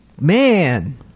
Man